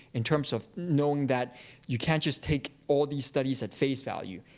in terms of knowing that you can't just take all these studies at face value.